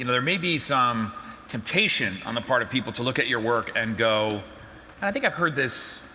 and there may be some temptation on the part of people to look at your work and go and i think i've heard this,